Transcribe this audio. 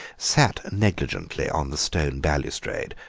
sat negligently on the stone balustrade,